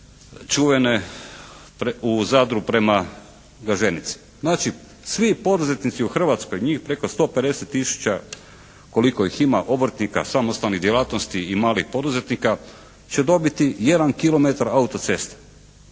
čuvene u Zadru prema Gaženici. Znači, svi poduzetnici u Hrvatskoj njih preko 150 000 koliko ih ima, obrtnika samostalnih djelatnosti i malih poduzetnika će dobiti 1 km auto ceste.